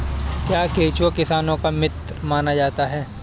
क्या केंचुआ किसानों का मित्र माना जाता है?